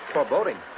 Foreboding